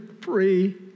free